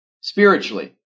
spiritually